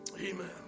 Amen